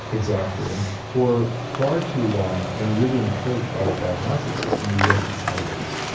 exactly. and for far too long, and really encouraged by our diagnostic system, we work in silos.